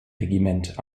regiment